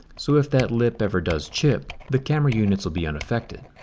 so if that lip ever does chip, the camera units will be unaffected.